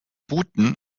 booten